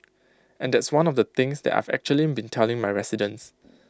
and that's one of the things that I've actually been telling my residents